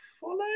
follow